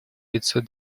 пятьсот